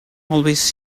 always